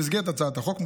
במסגרת הצעת החוק,